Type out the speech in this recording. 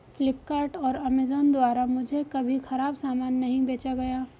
फ्लिपकार्ट और अमेजॉन द्वारा मुझे कभी खराब सामान नहीं बेचा गया